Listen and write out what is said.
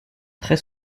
très